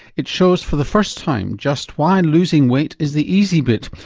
it shows for the first time just why losing weight is the easy bit,